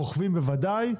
רוכבים בוודאי,